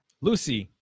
Lucy